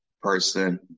person